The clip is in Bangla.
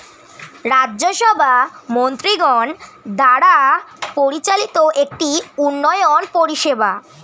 রাজ্য সভা মন্ত্রীগণ দ্বারা পরিচালিত একটি উন্নয়ন পরিষেবা